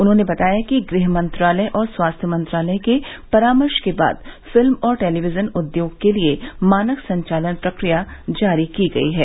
उन्होंने बताया कि गृह मंत्रालय और स्वास्थ्य मंत्रालय के परामर्श के बाद फिल्म और टेलीविजन उद्योग के लिए मानक संचालन प्रक्रिया जारी की गई है